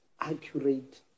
accurate